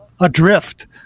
Adrift